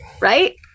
Right